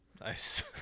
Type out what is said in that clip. Nice